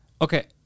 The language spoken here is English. Okay